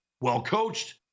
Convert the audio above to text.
well-coached